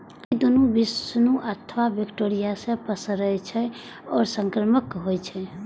ई दुनू विषाणु अथवा बैक्टेरिया सं पसरै छै आ संक्रामक होइ छै